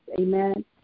Amen